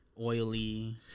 Oily